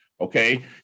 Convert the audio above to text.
Okay